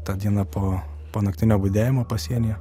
tą dieną po naktinio budėjimo pasienyje